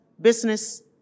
business